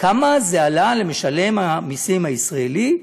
כמה זה עלה למשלם המסים הישראלי,